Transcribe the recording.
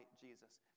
Jesus